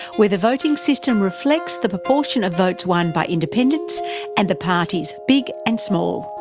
where the voting system reflects the proportion of votes won by independents and the parties, big and small.